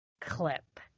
clip